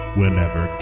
Whenever